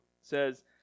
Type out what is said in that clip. says